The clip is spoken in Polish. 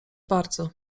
bardzo